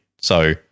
So-